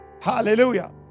Hallelujah